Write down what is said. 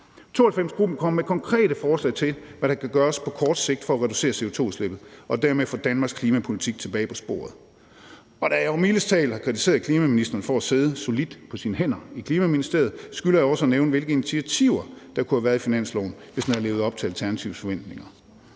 92-Gruppen er kommet med konkrete forslag til, hvad der kan gøres på kort sigt for at reducere CO2-udslippet og dermed få Danmarks klimapolitik tilbage på sporet. Og da jeg jo mildest talt har kritiseret klimaministeren for at sidde solidt på sine hænder i Klima-, Energi- og Forsyningsministeriet, skylder jeg også at nævne, hvilke initiativer der kunne have været på finansloven, hvis man havde levet op til Alternativets forventninger.